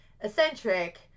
eccentric